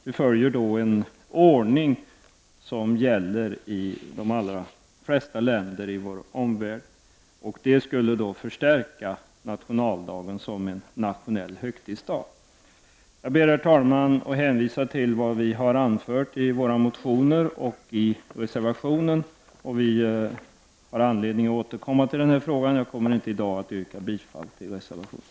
Vi skulle då följa en ordning som gäller i de allra flesta länder i vår omvärld. Det skulle förstärka nationaldagen, som skulle bli en nationell högtidsdag. Herr talman! Jag ber att få hänvisa till vad vi i centern har sagt i våra motioner samt i vår reservation. Det finns anledning att återkomma till frågan. Jag kommer dock inte i dag att yrka bifall till reservationen.